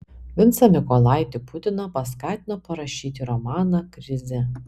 vincą mykolaitį putiną paskatino parašyti romaną krizė